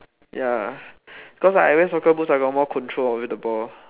ya cause I wear soccer boots I got more control over the ball